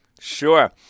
Sure